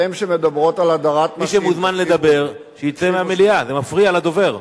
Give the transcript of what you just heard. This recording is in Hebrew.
מי שרוצה לדבר, שיצא מהמליאה, זה מפריע לדובר.